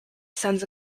sends